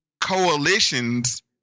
coalitions